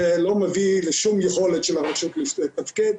זה לא מביא ליכולת של הרשות לתפקד.